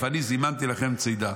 אף אני זימנתי לכם צידה".